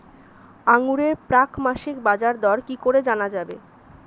আঙ্গুরের প্রাক মাসিক বাজারদর কি করে জানা যাবে?